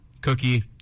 Cookie